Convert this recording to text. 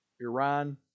Iran